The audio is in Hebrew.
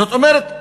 זאת אומרת,